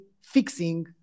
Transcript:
fixing